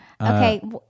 Okay